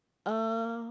uh